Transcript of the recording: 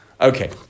Okay